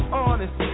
honest